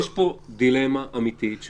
יש פה דילמה אמיתית.